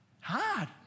Hard